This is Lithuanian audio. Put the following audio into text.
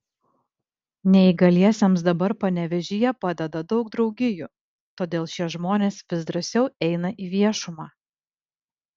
neįgaliesiems dabar panevėžyje padeda daug draugijų todėl šie žmonės vis drąsiau eina į viešumą